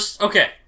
okay